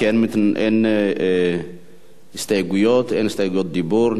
כי אין הסתייגויות ואין הסתייגויות דיבור.